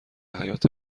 حیاطه